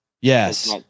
Yes